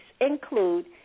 include